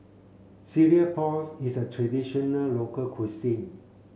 Cereal Prawns is a traditional local cuisine